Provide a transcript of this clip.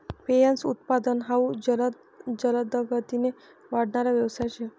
फयेसनं उत्पादन हाउ जलदगतीकन वाढणारा यवसाय शे